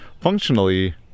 functionally